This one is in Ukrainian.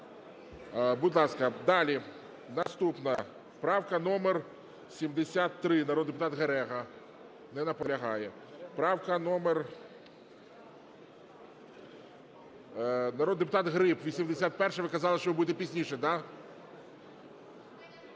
Будь ласка, далі. Наступна правка номер 73, народний депутат Герега. Не наполягає. Правка номер… Народний депутат Гриб, 81-а. Ви казали, що ви будете пізніше, да?